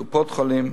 קופות-החולים,